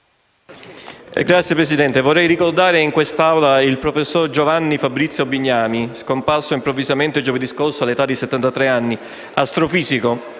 Signor Presidente, vorrei ricordare in quest'Aula il professor Giovanni Fabrizio Bignami, scomparso improvvisamente giovedì scorso all'età di settantatré anni, astrofisico,